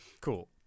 cool